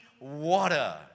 water